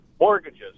Mortgages